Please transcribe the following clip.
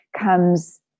comes